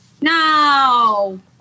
No